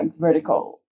vertical